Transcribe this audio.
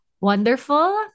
wonderful